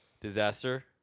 disaster